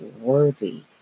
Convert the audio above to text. worthy